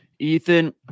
ethan